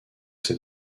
ses